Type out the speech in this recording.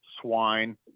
swine